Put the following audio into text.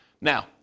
Now